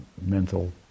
mental